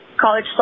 college